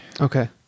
Okay